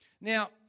Now